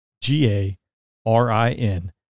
G-A-R-I-N